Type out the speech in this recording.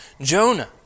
Jonah